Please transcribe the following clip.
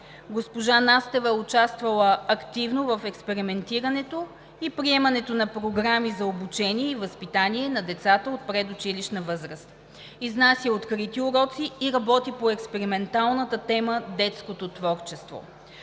Госпожа Настева е участвала активно в експериментирането и приемането на програми за обучение и възпитание на децата от предучилищна възраст. Изнася открити уроци и работи по експерименталната тема „Детското творчество“.